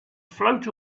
float